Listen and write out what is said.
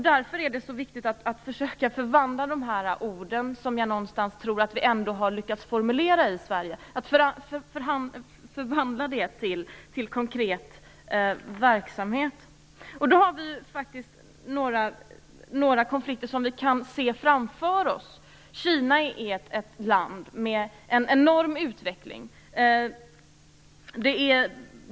Därför är det så viktigt att de ord som jag ändå tror att vi har lyckats formulera i Sverige förvandlas till konkret verksamhet. Det finns faktiskt några konflikter som vi kan se framför oss. Kina är ett land med en enorm utveckling.